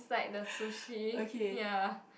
like the sushi ya